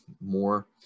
more